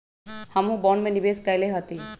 हमहुँ बॉन्ड में निवेश कयले हती